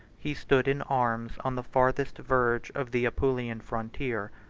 he stood in arms on the farthest verge of the apulian frontier,